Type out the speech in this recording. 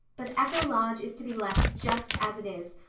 but echo lodge is to be left just as it is.